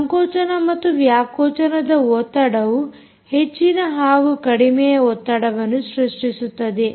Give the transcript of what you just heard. ಸಂಕೋಚನ ಮತ್ತು ವ್ಯಾಕೋಚನದ ಒತ್ತಡವು ಹೆಚ್ಚಿನ ಹಾಗೂ ಕಡಿಮೆಯ ಒತ್ತಡವನ್ನು ಸೃಷ್ಟಿಸುತ್ತದೆ